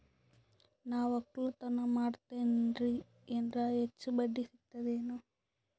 ನಾ ಒಕ್ಕಲತನ ಮಾಡತೆನ್ರಿ ಎನೆರ ಹೆಚ್ಚ ಬಡ್ಡಿ ಸಿಗತದೇನು?